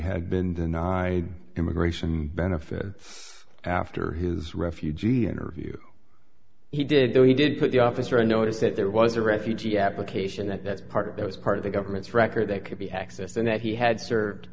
had been denied immigration benefits after his refugee interview he did though he did put the officer on notice that there was a refugee application that that part that was part of the government's record that could be accessed and that he had served